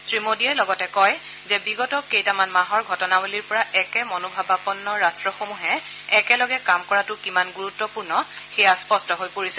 শ্ৰীমোদীয়ে লগতে কয় যে বিগত কেইটা মাহৰ ঘটনাৱলীৰ পৰা একে মনোভাৱাপন্ন ৰাষ্টসমূহে একেলগে কাম কৰাটো কিমান গুৰুত্বপূৰ্ণ সেয়া স্পষ্ট হৈ পৰিছে